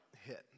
hit